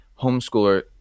homeschooler